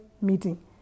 meeting